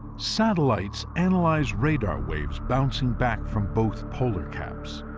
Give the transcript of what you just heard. satellites analyze radar waves bouncing back from both polar caps.